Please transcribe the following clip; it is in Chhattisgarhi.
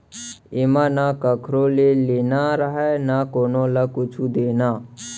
एमा न कखरो ले लेना रहय न कोनो ल कुछु देना